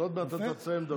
אז עוד מעט אתה תסיים לדבר.